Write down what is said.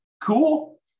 Cool